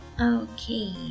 Okay